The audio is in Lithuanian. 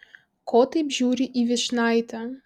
ko taip žiūri į vyšnaitę